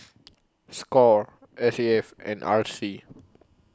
SCORE S A F and R C